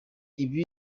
ibi